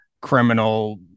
criminal